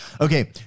Okay